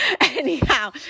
Anyhow